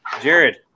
Jared